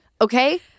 Okay